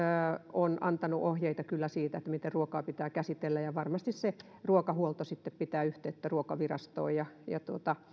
on antanut ohjeita kyllä siitä miten ruokaa pitää käsitellä varmasti se ruokahuolto pitää yhteyttä ruokavirastoon ja